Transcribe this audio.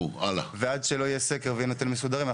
ועד שלא יהיה סקר ונתונים מסודרים,